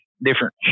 different